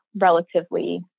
relatively